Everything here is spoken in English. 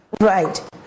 Right